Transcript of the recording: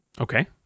Okay